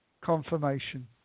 confirmation